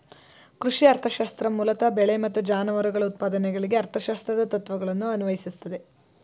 ಕೃಷಿ ಅರ್ಥಶಾಸ್ತ್ರ ಮೂಲತಃ ಬೆಳೆ ಮತ್ತು ಜಾನುವಾರುಗಳ ಉತ್ಪಾದನೆಗಳಿಗೆ ಅರ್ಥಶಾಸ್ತ್ರದ ತತ್ವಗಳನ್ನು ಅನ್ವಯಿಸ್ತದೆ